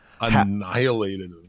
annihilated